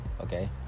okay